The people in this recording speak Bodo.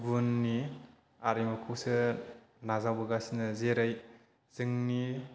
बुहुमनि आरिमुखौसो नाजावबोगासिनो जेरै जोंनि